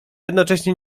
jednocześnie